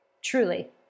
Truly